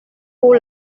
pour